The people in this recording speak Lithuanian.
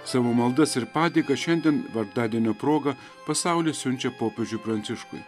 savo maldas ir padėka šiandien vardadienio proga pasaulis siunčia popiežiui pranciškui